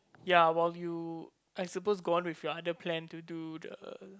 ya while you I suppose go on with your other plan to do the